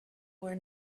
were